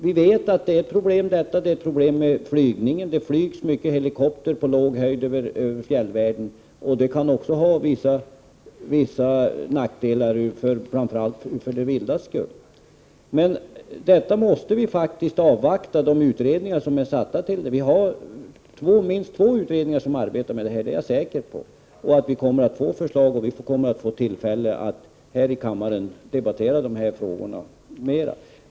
Vi vet att detta är ett problem, liksom flygningen. Det flygs mycket helikopter på låg höjd över fjällvärlden, och det kan också ha nackdelar, framför allt för det vilda. Men vi måste faktiskt avvakta de utredningar som har i uppdrag att utreda detta. Det är minst två utredningar som arbetar med det här — det är jag säker på. Vi kommer att få förslag, och vi kommer att få Prot. 1988/89:120 tillfälle att här i kammaren debattera de här frågorna mer.